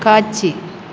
காட்சி